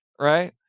Right